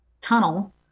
tunnel